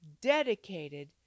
dedicated